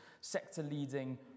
sector-leading